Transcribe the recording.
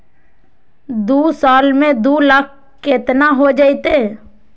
दू साल में दू लाख केतना हो जयते?